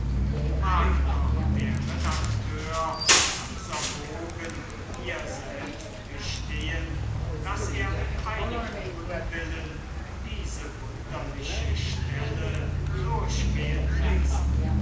mag doch der redakteur dieser bogen hier selbst gestehen daß er mit einigem unwillen diese wunderliche stelle durchgehen läßt